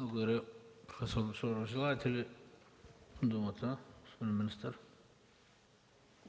Благодаря.